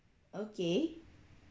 okay